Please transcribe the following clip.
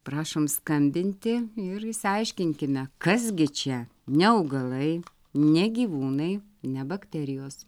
prašom skambinti ir išsiaiškinkime kas gi čia ne augalai ne gyvūnai ne bakterijos